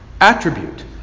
attribute